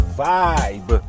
vibe